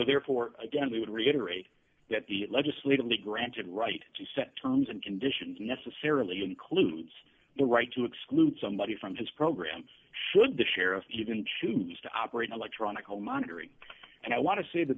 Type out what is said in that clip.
therefore again we would reiterate that the legislatively granted right to set terms and conditions necessarily includes the right to exclude somebody from his program should the sheriff even choose to operate an electronic home monitoring and i want to say that